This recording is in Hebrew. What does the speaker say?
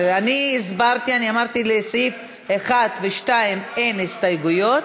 אני הסברתי ואמרתי שלסעיפים 1 ו-2 אין הסתייגויות.